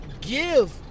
give